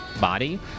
body